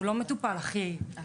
והוא לא מטופל על הקצה.